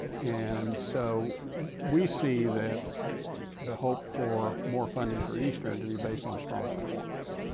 and so we see that the hope for more funding for eastern to be based on strong performance.